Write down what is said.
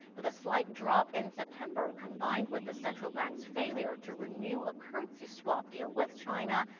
but the slight drop in september, combined with the central bank's failure to renew a currency swap deal with china,